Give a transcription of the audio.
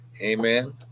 Amen